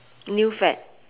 new fad